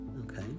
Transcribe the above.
Okay